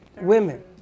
Women